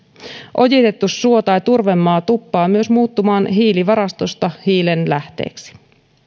ojitettu suo tai turvemaa tuppaa myös muuttumaan hiilivarastosta hiilen lähteiksi